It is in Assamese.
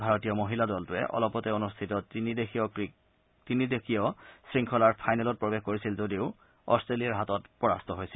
ভাৰতীয় মহিলা দলটোৱে অলপতে অনুষ্ঠিত তিনি দেশীয় শৃংখলাৰ ফাইনেলত প্ৰৱেশ কৰিছিল যদিও অষ্ট্ৰেলিয়াৰ হাতত পৰাস্ত হৈছিল